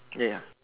ya